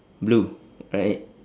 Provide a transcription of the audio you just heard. blue right